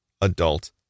adult